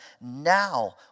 Now